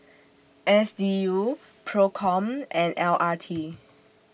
S D U PROCOM and L R T